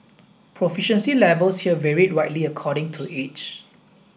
proficiency levels here varied widely according to age